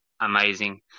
amazing